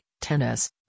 tennis